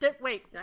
Wait